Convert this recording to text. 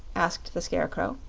asked the scarecrow.